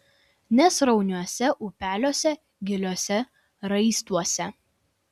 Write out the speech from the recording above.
nesrauniuose upeliuose giliuose raistuose